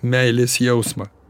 meilės jausmą